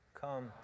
come